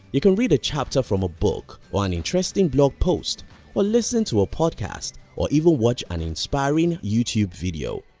you can read a chapter from a book or an interesting blog post or listen to a podcast or even watch an inspiring youtube video.